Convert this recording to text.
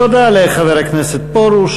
תודה לחבר הכנסת פרוש.